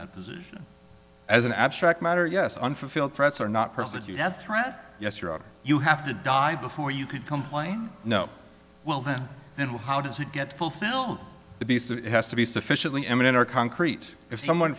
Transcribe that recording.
that position as an abstract matter yes unfulfilled threats are not persons you have threat yes you are you have to die before you could complain no well then then how does it get fulfilled the base has to be sufficiently eminent or concrete if someone